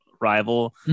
rival